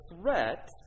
threat